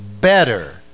better